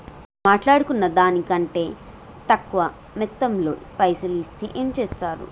మాట్లాడుకున్న దాని కంటే తక్కువ మొత్తంలో పైసలు ఇస్తే ఏం చేత్తరు?